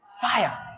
fire